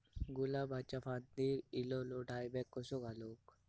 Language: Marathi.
गुलाबाच्या फांदिर एलेलो डायबॅक कसो घालवं?